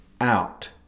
out